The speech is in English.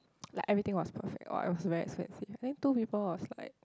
like everything was perfect but was very expensive I think two people was like